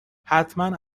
حتما